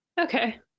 Okay